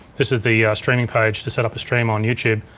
this is the streaming page to set up a stream on youtube.